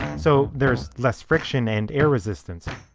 so there's less friction and air resistance.